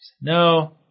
no